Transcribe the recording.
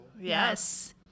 Yes